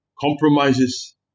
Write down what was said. compromises